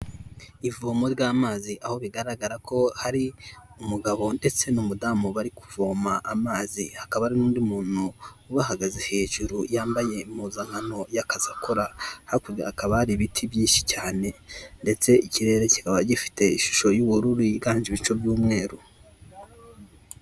Ivomo ry'amazi aho bigaragara ko hari umugabo ndetse n'umudamu bari kuvoma amazi hakaba ari n'undi muntu ubahagaze hejuru yambaye impuzankano y'akazi akora. Hakurya hakaba ari ibiti byinshi cyane ndetse ikirere kikaba gifite ishusho y'ubururu yiganje ibice by'umweru.